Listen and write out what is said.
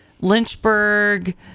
Lynchburg